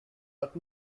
but